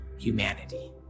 Humanity